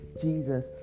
jesus